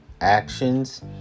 Actions